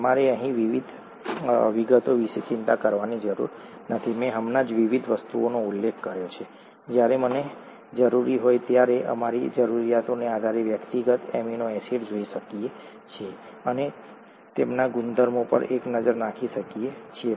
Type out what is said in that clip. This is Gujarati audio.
તમારે અહીં વિગતો વિશે ચિંતા કરવાની જરૂર નથી મેં હમણાં જ વિવિધ વસ્તુઓનો ઉલ્લેખ કર્યો છે જ્યારે અને જ્યારે જરૂરી હોય ત્યારે અમે અમારી જરૂરિયાતને આધારે વ્યક્તિગત એમિનો એસિડ જોઈ શકીએ છીએ અને તેમના ગુણધર્મો પર એક નજર નાખી શકીએ છીએ